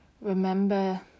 Remember